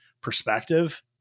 perspective